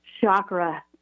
chakra